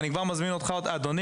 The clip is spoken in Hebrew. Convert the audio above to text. אני כבר מזמין אותך אדוני,